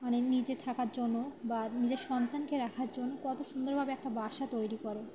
মানে নিজে থাকার জন্য বা নিজের সন্তানকে রাখার জন্য কত সুন্দরভাবে একটা বাসা তৈরি কর